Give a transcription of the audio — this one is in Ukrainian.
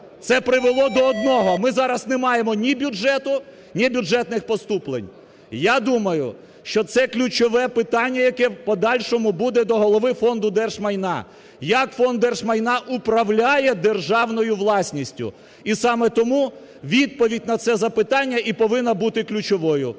це привело до одного – ми зараз не маємо ні бюджету, ні бюджетних поступлень. Я думаю, що це ключове питання, яке в подальшому буде до голови Фонду держмайна. Як Фонд держмайна управляє державною власністю? І саме тому відповідь на це запитання і повинна бути ключовою.